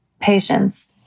Patience